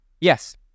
yes